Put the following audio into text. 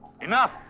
Enough